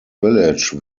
village